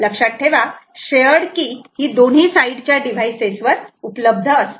लक्षात ठेवा shared key ही दोन्ही साईड च्या डिव्हाइसेस वर उपलब्ध असते